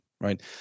Right